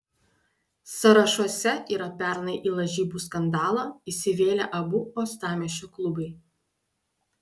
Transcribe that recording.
sąrašuose yra pernai į lažybų skandalą įsivėlę abu uostamiesčio klubai